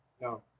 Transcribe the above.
no